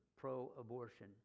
pro-abortion